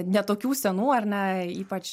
ne tokių senų ar ne ypač